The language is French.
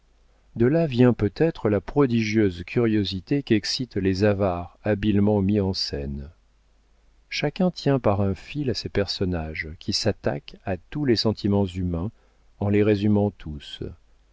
de là vient peut-être la prodigieuse curiosité qu'excitent les avares habilement mis en scène chacun tient par un fil à ces personnages qui s'attaquent à tous les sentiments humains en les résumant tous